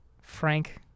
Frank